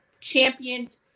championed